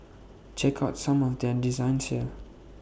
check out some of their designs here